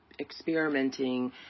experimenting